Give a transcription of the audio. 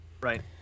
Right